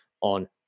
on